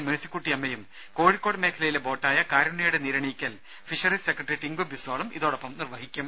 മെഴ്സിക്കുട്ടിയമ്മയും കോഴിക്കോട് മേഖലയിലെ ബോട്ടായ കാരുണ്യയുടെ നീരണിയിക്കൽ ഫിഷറീസ് സെക്രട്ടറി ടിങ്കു ബിസോളും ഇതോടൊപ്പം നിർവഹിക്കും